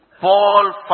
Paul